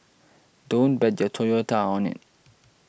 don't bet your Toyota on it